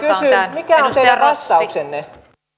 mikä on teidän vastauksenne arvoisa